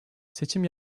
seçim